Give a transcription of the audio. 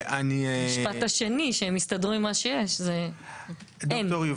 תודה רבה.